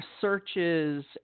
searches